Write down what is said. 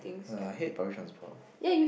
err I hate public transport